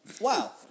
wow